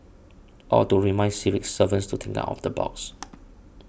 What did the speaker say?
or to remind civil servants to think out of the box